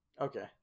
Okay